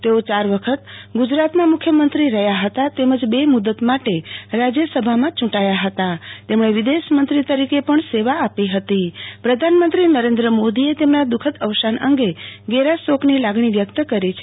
તેઓ ચાર વખત ગુજરાતના મુખ્યમંત્રી રહયાં હતા તેમજ બે મુદત માટે રાજયસભામાં યું ટાયા હતા તેમણે વિદેશ મંત્રી તરીકે પણ સેવા આપી હતી પ્રધાનમંત્રી નરેન્દ્ર મોદીએ તેમના દુઃખદ અવસાન અંગે ઘેરા શોકની લાગણી વ્યકત કરી છે